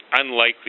unlikely